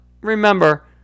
remember